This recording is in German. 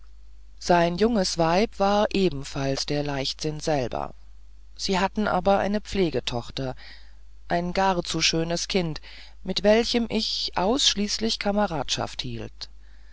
sein junges weib war ebenfalls der leichtsinn selber sie hatten aber eine pflegetochter ein gar zu schönes kind mit welchem ich ausschließlich kameradschaft hielt